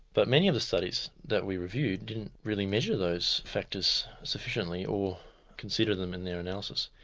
but many of the studies that we reviewed didn't really measure those factors sufficiently or consider them in their analysis.